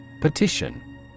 Petition